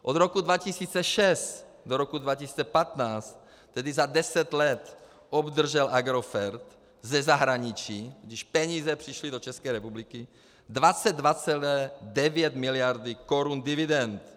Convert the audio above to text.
Od roku 2006 do roku 2015, tedy za deset let, obdržel Agrofert ze zahraničí, když peníze přišly do České republiky, 22,9 mld. korun dividend.